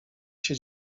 się